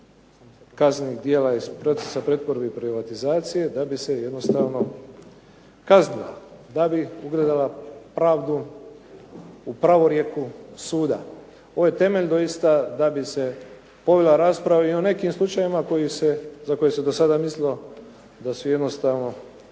kaznenih djela iz procesa pretvorbe i privatizacije da bi se jednostavno kaznila, da bi ugledala pravdu u pravorijeku suda. Ovo je temelj doista da bi se povela rasprava i o nekim slučajevima koji se, za koje se do sada mislilo da su jednostavno